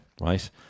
right